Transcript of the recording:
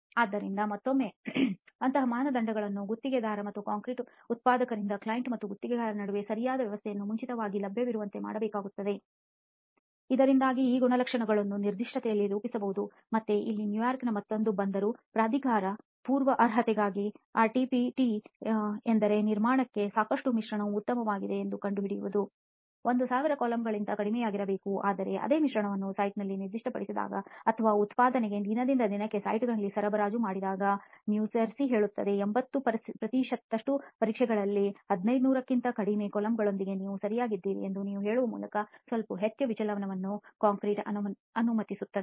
ಆದ್ದರಿಂದ ಮತ್ತೊಮ್ಮೆ ಅಂತಹ ಮಾನದಂಡಗಳನ್ನು ಗುತ್ತಿಗೆದಾರ ಅಥವಾ ಕಾಂಕ್ರೀಟ್ ಉತ್ಪಾದಕರಿಗೆ ಕ್ಲೈಂಟ್ ಮತ್ತು ಗುತ್ತಿಗೆದಾರರ ನಡುವಿನ ಸರಿಯಾದ ವ್ಯವಸ್ಥೆಯಿಂದ ಮುಂಚಿತವಾಗಿ ಲಭ್ಯವಾಗುವಂತೆ ಮಾಡಬೇಕಾಗುತ್ತದೆ ಇದರಿಂದಾಗಿ ಈ ಗುಣಲಕ್ಷಣಗಳನ್ನು ನಿರ್ದಿಷ್ಟತೆಯಲ್ಲಿ ರೂಪಿಸಬಹುದು ಮತ್ತೆ ಇಲ್ಲಿ ನ್ಯೂಯಾರ್ಕ್ನ ಮತ್ತೊಂದು ಬಂದರು ಪ್ರಾಧಿಕಾರ ಪೂರ್ವ ಅರ್ಹತೆಗಾಗಿ ಆರ್ಸಿಪಿಟಿ ಎಂದರೆ ನಿರ್ಮಾಣಕ್ಕೆ ಸಾಕಷ್ಟು ಮಿಶ್ರಣವು ಉತ್ತಮವಾಗಿದೆ ಎಂದು ಕಂಡುಹಿಡಿಯುವುದು 1000 ಕೂಲಂಬ್ಗಳಿಗಿಂತ ಕಡಿಮೆಯಿರಬೇಕು ಆದರೆ ಅದೇ ಮಿಶ್ರಣವನ್ನು ಸೈಟ್ನಲ್ಲಿ ನಿರ್ದಿಷ್ಟಪಡಿಸಿದಾಗ ಅಥವಾ ಉತ್ಪಾದನೆಗೆ ದಿನದಿಂದ ದಿನಕ್ಕೆ ಸೈಟ್ನಲ್ಲಿ ಸರಬರಾಜು ಮಾಡಿದಾಗ ನ್ಯೂಜೆರ್ಸಿ ಹೇಳುತ್ತದೆ 80 ಪ್ರತಿಶತದಷ್ಟು ಪರೀಕ್ಷೆಗಳಲ್ಲಿ 1500 ಕ್ಕಿಂತ ಕಡಿಮೆ ಕೂಲಂಬ್ಗಳೊಂದಿಗೆ ನೀವು ಸರಿಯಾಗಿದ್ದೀರಿ ಎಂದು ನೀವು ಹೇಳುವ ಸ್ವಲ್ಪ ಹೆಚ್ಚಿನ ವಿಚಲನವನ್ನು ಕಾಂಕ್ರೀಟ್ ಅನುಮತಿಸುತ್ತದೆ